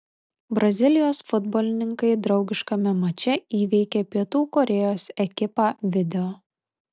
brazilijos futbolininkai draugiškame mače įveikė pietų korėjos ekipą video